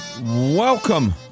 Welcome